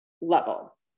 level